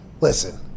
listen